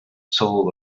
soul